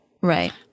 Right